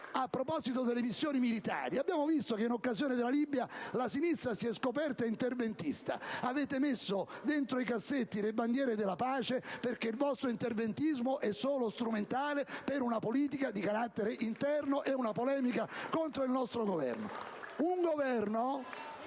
A proposito di missioni miliari, abbiamo visto che, sulla Libia, la sinistra si è scoperta interventista: avete messo dentro i cassetti le bandiere della pace, perché il vostro interventismo è solo strumentale per una politica di carattere interno e una polemica contro il nostro Governo. *(Applausi